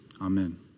Amen